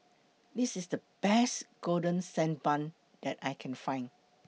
This IS The Best Golden Sand Bun that I Can Find